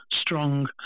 strong